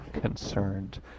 concerned